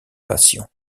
passion